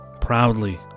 proudly